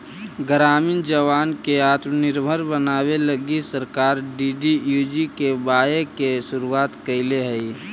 ग्रामीण जवान के आत्मनिर्भर बनावे लगी सरकार डी.डी.यू.जी.के.वाए के शुरुआत कैले हई